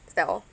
is that all